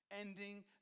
Ending